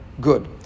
Good